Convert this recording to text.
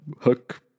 hook